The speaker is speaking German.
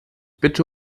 bitte